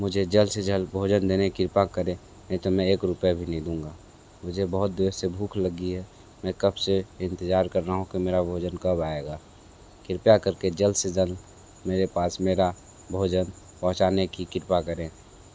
मुझे जल्द से जल्द भोजन देने कृपा करें नहीं तो मैं एक रूपए भी नहीं दूँगा मुझे बहुत देर से भूख लगी है मैं कब से इंतजार कर रहा हूँ कि मेरा भोजन कब आएगा कृपया करके जल्द से जल्द मेरे पास मेरा भोजन पहुँचाने की कृपा करें